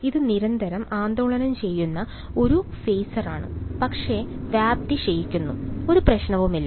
ഇത് നിരന്തരം ആന്ദോളനം ചെയ്യുന്ന ഒരു ഫേസറാണ് പക്ഷേ വ്യാപ്തി ക്ഷയിക്കുന്നു ഒരു പ്രശ്നവുമില്ല